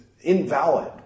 invalid